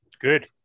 good